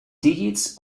digits